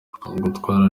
gutwara